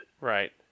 Right